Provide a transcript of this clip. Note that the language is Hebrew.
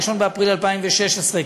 1 באפריל 2016,